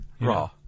Raw